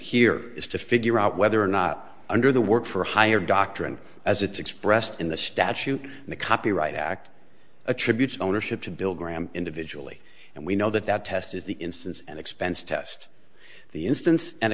here is to figure out whether or not under the work for hire doctrine as it's expressed in the statute the copyright act attributes ownership to bill graham individually and we know that that test is the instance and expense test the instance and